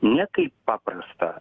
ne kaip paprastą